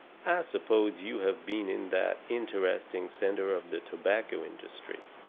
i suppose you have been in that interesting centre of the tobacco industry.